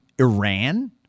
Iran